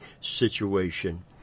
situation